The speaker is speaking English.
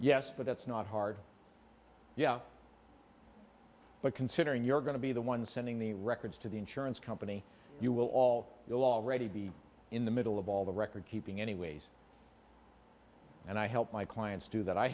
yes but that's not hard yeah but considering you're going to be the one sending the records to the insurance company you will all you'll already be in the middle of all the record keeping anyways and i help my clients too that i